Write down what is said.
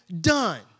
done